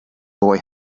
boy